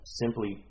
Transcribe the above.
simply